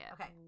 Okay